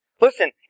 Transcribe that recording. Listen